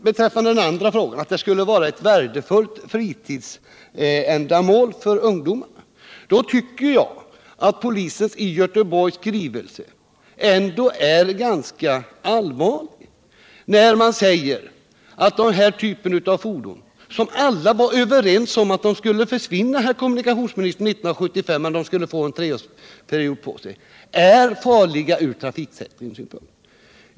Beträffande den andra frågan, att det skulle vara ett värdefullt fritidsändamål för ungdomar, tycker jag att skrivelsen från polisen i Göteborg ändå är ganska allvarlig. Polisen skriver att denna typ av fordon — som alla 1975 var överens om skulle försvinna, herr kommunikationsminister, men ägarna skulle få en treårsperiod på sig — är farlig från trafiksäkerhetssynpunkt.